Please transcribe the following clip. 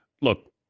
Look